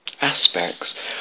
aspects